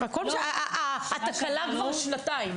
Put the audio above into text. הכל בסדר, התקלה כבר שנתיים.